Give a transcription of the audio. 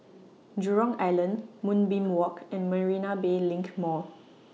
Jurong Island Moonbeam Walk and Marina Bay LINK Mall